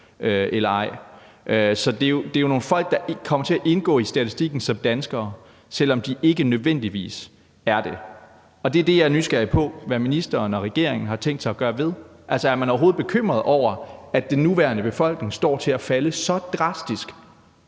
eller ej. Så det er jo nogle folk, der kommer til at indgå i statistikken som danskere, selv om de ikke nødvendigvis er det. Det er det, jeg er nysgerrig på hvad ministeren og regeringen har tænkt sig at gøre ved. Er man overhovedet bekymret over, at den nuværende befolkning står til at falde så drastisk